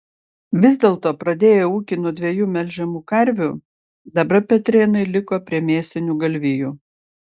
vis dėlto pradėję ūkį nuo dviejų melžiamų karvių dabar petrėnai liko prie mėsinių galvijų